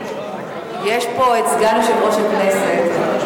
יש פה את סגן יושב-ראש הכנסת.